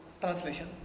translation